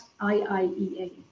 IIEA